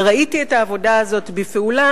וראיתי את העבודה הזאת בפעולה,